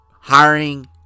hiring